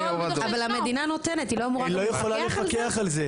זה מה שאני אומרת,